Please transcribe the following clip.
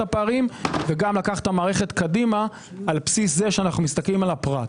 הפערים וגם לקחת את המערכת קדימה על בסיס זה שאנו מסתכלים על הפרט.